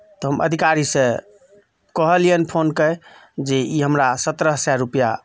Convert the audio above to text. तऽ हम अधिकारी से कहलियनि फोन कऽ जे ई हमरा सतरह सए रुपैआ